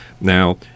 Now